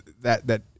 that—that